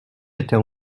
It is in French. était